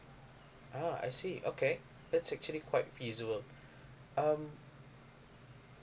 ah I see okay that's actually quite feasible um